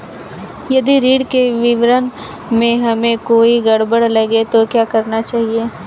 यदि ऋण के विवरण में हमें कोई गड़बड़ लगे तो क्या करना चाहिए?